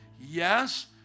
Yes